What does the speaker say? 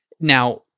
Now